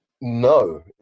No